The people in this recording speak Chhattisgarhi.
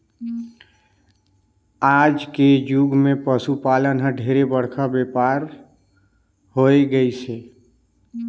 आज के जुग मे पसु पालन हर ढेरे बड़का बेपार हो होय गईस हे